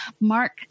Mark